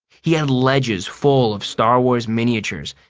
he had ledges full of star wars miniatures,